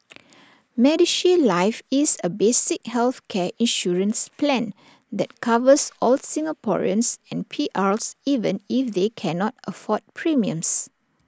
medishield life is A basic healthcare insurance plan that covers all Singaporeans and P Rs even if they cannot afford premiums